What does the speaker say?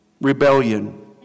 Rebellion